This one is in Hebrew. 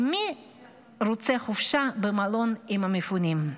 כי מי רוצה חופשה במלון עם המפונים?